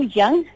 young